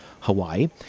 hawaii